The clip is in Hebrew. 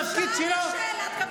נכשל בתפקיד שלו, שאלת שאלה, קבל תשובה.